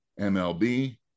MLB